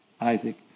Isaac